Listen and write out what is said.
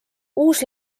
uus